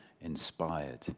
inspired